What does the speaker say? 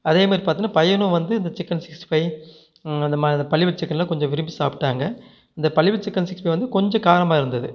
அதேமாதிரி பாத்தீங்கனா பையனும் வந்து இந்த சிக்கன் சிக்ஸ்டி ஃபைவ் அதுமாதிரி அந்த பள்ளிபாளையம் சிக்கன் எல்லாம் கொஞ்சம் விரும்பி சாப்பிட்டாங்க இந்த Pallipalayam chicken sixty five வந்து கொஞ்சம் காரமாக இருந்துது